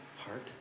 heart